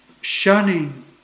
shunning